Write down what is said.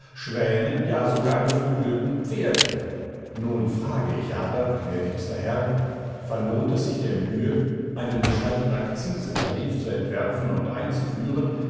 schwänen ja sogar geflügelten pferden nun frage ich aber gnädigster herr verlohnt es sich der mühe einen gescheiten akzisetarif zu entwerfen und einzuführen